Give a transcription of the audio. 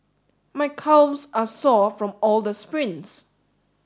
my calves are sore from all the sprints